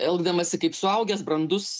elgdamasi kaip suaugęs brandus